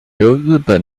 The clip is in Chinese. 日本